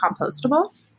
compostable